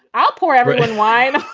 i'll pour everything wine,